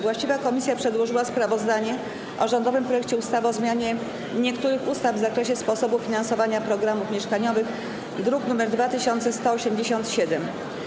Właściwa komisja przedłożyła sprawozdanie o rządowym projekcie ustawy o zmianie niektórych ustaw w zakresie sposobu finansowania programów mieszkaniowych, druk nr 2187.